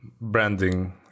branding